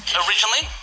originally